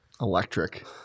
Electric